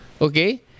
Okay